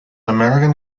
american